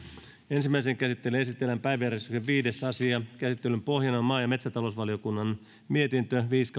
ensimmäiseen käsittelyyn esitellään päiväjärjestyksen viides asia käsittelyn pohjana on maa ja metsätalousvaliokunnan mietintö viisi